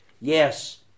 Yes